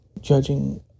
judging